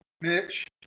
Mitch